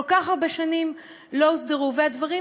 כל כך הרבה שנים לא הוסדרו הדברים,